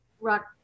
rock